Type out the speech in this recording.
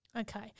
Okay